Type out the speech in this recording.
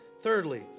Thirdly